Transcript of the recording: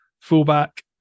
fullback